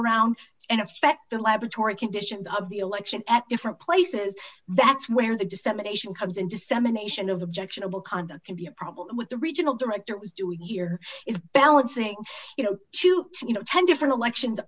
around and inspect the laboratory conditions of the election at different places that's where the dissemination comes in dissemination of objectionable conduct can be a problem with the regional director was doing year is balancing you know to you know ten different elections